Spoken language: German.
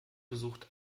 besuchte